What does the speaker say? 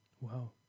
Wow